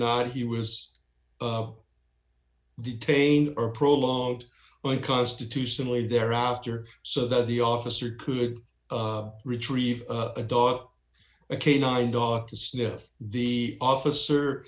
not he was detained or prologue when constitutionally thereafter so that the officer could retrieve a dog a canine dogs to sniff the officer